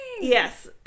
Yes